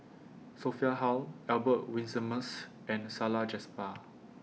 Sophia Hull Albert Winsemius and Salleh Japar